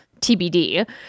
TBD